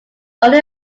only